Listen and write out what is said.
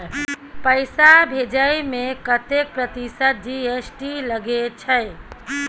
पैसा भेजै में कतेक प्रतिसत जी.एस.टी लगे छै?